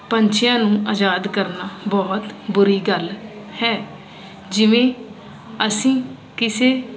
ਪੰਛੀਆਂ ਨੂੰ ਅਜਾਦ ਕਰਨਾ ਬਹੁਤ ਬੁਰੀ ਗੱਲ ਹੈ ਜਿਵੇਂ ਅਸੀਂ ਕਿਸੇ